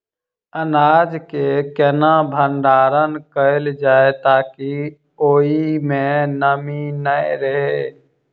अनाज केँ केना भण्डारण कैल जाए ताकि ओई मै नमी नै रहै?